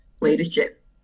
leadership